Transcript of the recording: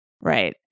Right